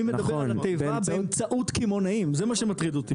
אני מדבר על התיבה באמצעות קמעונאים זה מה שמטריד אותי.